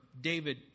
David